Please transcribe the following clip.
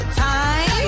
time